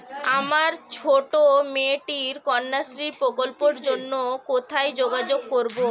আমার ছোট্ট মেয়েটির কন্যাশ্রী প্রকল্পের জন্য কোথায় যোগাযোগ করব?